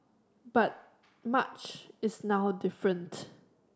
but much is now different